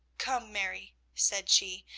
come, mary, said she,